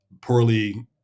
poorly